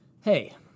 hey